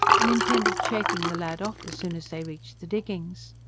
and intended shaking the lad off as soon as they reached the diggings.